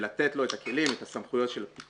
ולתת לו את הכלים, את הסמכויות של פיקוח.